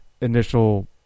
initial